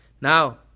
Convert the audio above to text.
Now